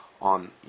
on